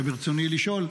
ברצוני לשאול: